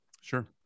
Sure